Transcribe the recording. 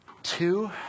two